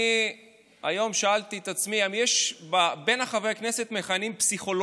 אני היום שאלתי את עצמי: האם יש מבין חברי הכנסת פסיכולוגים?